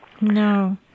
No